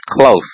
close